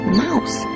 mouse